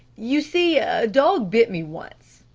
you see a dog bit me once!